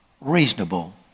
reasonable